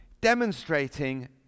demonstrating